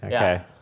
yeah,